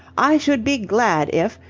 i should be glad if,